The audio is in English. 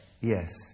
Yes